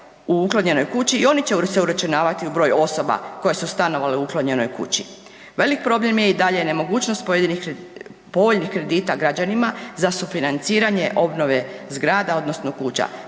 u uklonjenoj kući i oni će se uračunavati u broj osoba koje su stanovale u uklonjenoj kući. Velik problem je i dalje nemogućnost pojedinih, povoljnih kredita građanima za sufinanciranje obnove zgrada odnosno kuća